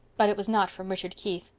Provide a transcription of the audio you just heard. but it was not from richard keith.